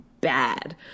bad